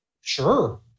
Sure